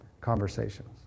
conversations